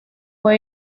fue